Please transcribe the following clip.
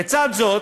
לצד זאת,